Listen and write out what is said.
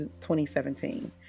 2017